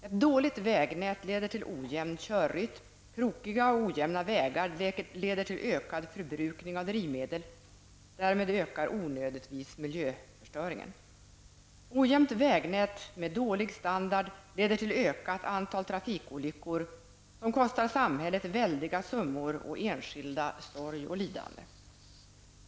Ett dåligt vägnät leder till ojämn körrytm, krokiga och ojämna vägar till ökad förbrukning av drivmedel -- och därmed ökar onödigtvis miljöförstöringen. Ojämnt vägnät med dålig standard leder till ökat antal trafikolyckor, något som kostar samhället väldiga summor och enskilda sorg och lidande.